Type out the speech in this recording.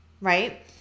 right